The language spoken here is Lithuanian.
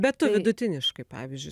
bet tu vidutiniškai pavyzdžiui